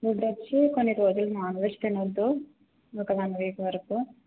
మీరొచ్చి కొన్ని రోజులు నాన్ వెజ్ తినొద్దు ఒక వన్ వీక్ వరకు